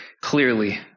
clearly